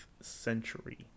century